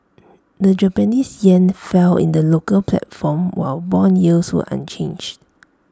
the Japanese Yen fell in the local platform while Bond yields were unchanged